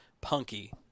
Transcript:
punky